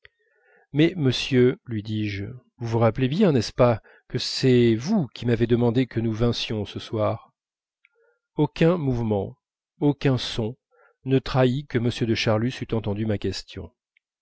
mais monsieur lui dis-je vous vous rappelez bien n'est-ce pas que c'est vous qui m'avez demandé que nous vinssions ce soir aucun son aucun mouvement ne trahirent que m de charlus eût entendu ma question